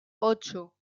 ocho